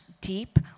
deep